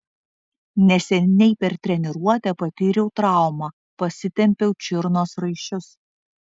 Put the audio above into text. neseniai per treniruotę patyriau traumą pasitempiau čiurnos raiščius